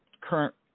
current